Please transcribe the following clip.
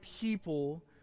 people